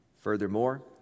Furthermore